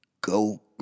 Go